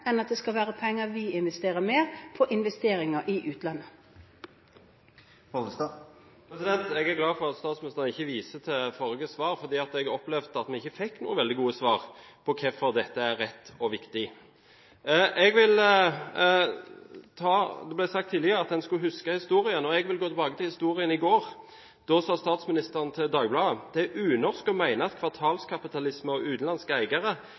at det skal være penger vi investerer i utlandet. Jeg er glad for at statsministeren ikke viser til forrige svar, for jeg opplevde at vi ikke fikk noen veldig gode svar på hvorfor dette er rett og viktig. Det ble sagt tidligere at en skulle huske historien, og jeg vil gå tilbake til historien i går. Da sa statsministeren til Dagbladet at «det er unorsk å mene at kvartalskapitalisme og utenlandske eiere